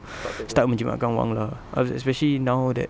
start menjimatkan wang lah uh especially now that